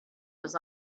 was